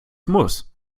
muss